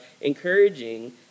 encouraging